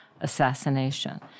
assassination